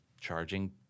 charging